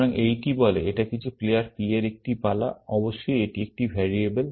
সুতরাং এইটি বলে এটা কিছু প্লেয়ার P এর একটি পালা অবশ্যই এটি একটি ভ্যারিয়েবল